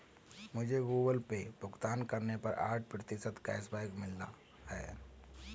मुझे Google Pay भुगतान करने पर आठ प्रतिशत कैशबैक मिला है